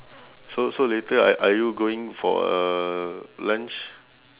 so so later are are you going for uh lunch